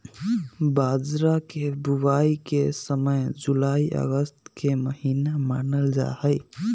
बाजरा के बुवाई के समय जुलाई अगस्त के महीना मानल जाहई